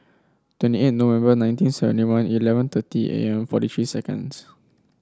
twenty eight November nineteen seventy one eleven thirty A M forty three seconds